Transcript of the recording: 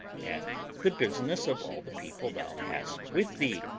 and the business of all the people thou hast with thee?